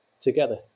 together